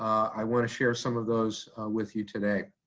i wanna share some of those with you today.